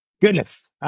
goodness